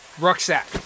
Rucksack